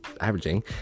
averaging